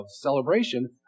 celebration